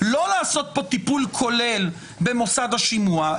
לא לעשות פה טיפול כולל במוסד השימוע,